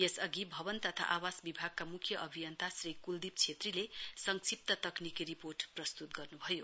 यस अघि भवन तथा आवास विभागका मुख्य अभियन्ता श्री कुलदीप छेत्रीले संक्षिप्त तकनिकी रिर्पोट प्रस्तुत गर्नुभयो